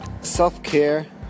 self-care